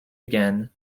again